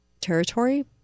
territory